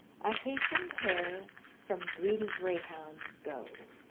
a hasten'd hare from greedy greyhounds go.